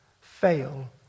fail